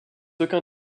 aucun